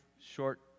short